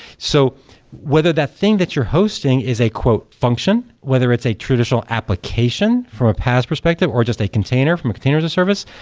so whether that thing that you're hosting is a function, whether it's a traditional application from a past perspective, or just a container from a container as a service,